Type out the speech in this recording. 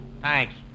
Thanks